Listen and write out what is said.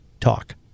Talk